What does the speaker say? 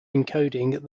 encoding